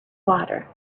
water